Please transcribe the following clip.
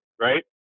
right